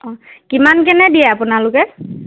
অ' কিমান কেনে দিয়ে আপোনালোকে